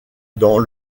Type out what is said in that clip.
dans